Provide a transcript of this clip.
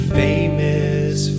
famous